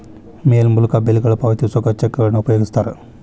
ಮೇಲ್ ಮೂಲಕ ಬಿಲ್ಗಳನ್ನ ಪಾವತಿಸೋಕ ಚೆಕ್ಗಳನ್ನ ಉಪಯೋಗಿಸ್ತಾರ